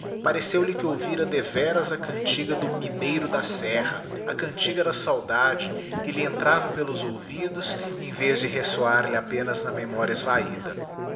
corar pareceu-lhe que ouvira deveras a cantiga do mineiro da serra a cantiga da saudade que lhe entrava pelos ouvidos em vez de resoar lhe apenas na memoria